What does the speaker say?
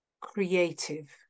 creative